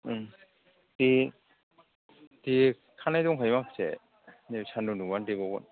दे देखानाय दंखायो माखासे दिनै सान्दुं दुंबा देबावगोन